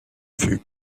fut